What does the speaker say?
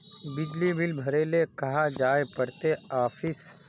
बिजली बिल भरे ले कहाँ जाय पड़ते ऑफिस?